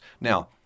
Now